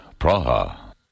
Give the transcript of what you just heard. Praha